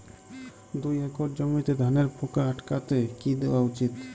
দুই একর জমিতে ধানের পোকা আটকাতে কি দেওয়া উচিৎ?